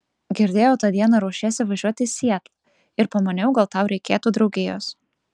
girdėjau tą dieną ruošiesi važiuoti į sietlą ir pamaniau gal tau reikėtų draugijos